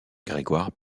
grégoire